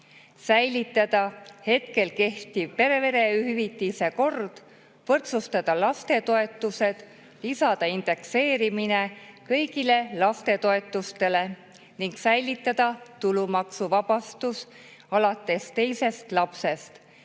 säilitada hetkel kehtiv perehüvitise kord, võrdsustada lastetoetused, lisada indekseerimine kõigile lastetoetustele ning säilitada tulumaksuvabastus alates teisest lapsest.